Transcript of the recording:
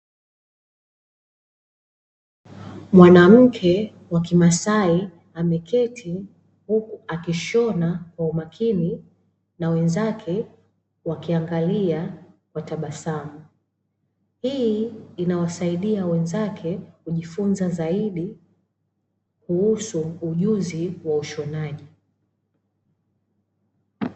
Mwanamke wa kimasai ameketi huku akishona kwa umakini na wengine wakitabasamu